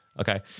Okay